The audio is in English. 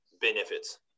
benefits